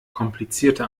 komplizierte